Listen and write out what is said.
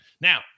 Now